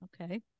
Okay